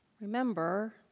remember